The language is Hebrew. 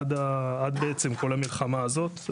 עד בעצם כל המלחמה הזאת.